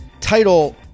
title